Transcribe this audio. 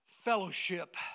fellowship